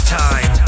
time